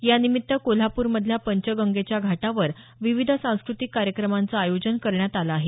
यानिमित्त कोल्हापूरमधील पंचगंगेच्या घाटावर विविध सांस्कृतिक कार्यक्रमांचं आयोजन करण्यात आलं आहे